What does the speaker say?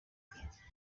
ati